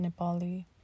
Nepali